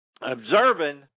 observing